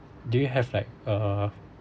do you have like a